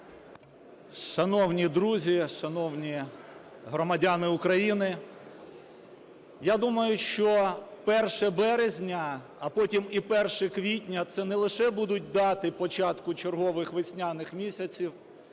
Шановні друзі, шановні громадяни України, я думаю, що 1 березня, а потім і 1 квітня це не лише будуть дати початку чергових весняних місяців,